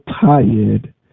tired